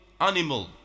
animal